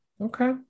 Okay